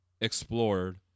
explored